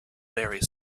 very